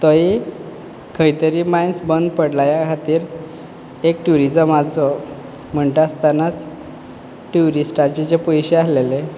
तोयी खंयतरी मायन्स बंद पडल्या खातीर एक ट्युरीजमाचो म्हणटा आसतनाच ट्युरिस्टाचें जें पयशे आसलेले